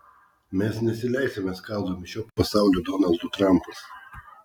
mes nesileisime skaldomi šio pasaulio donaldų trampų